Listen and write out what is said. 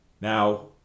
Now